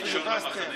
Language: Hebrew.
בוסו,